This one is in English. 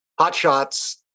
hotshots